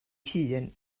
hun